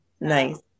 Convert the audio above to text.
Nice